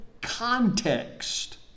context